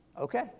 Okay